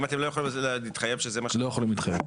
אם אתם לא יכולים להתחייב שזה מה --- לא יכולים להתחייב.